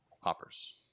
hoppers